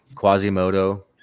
Quasimodo